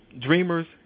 Dreamers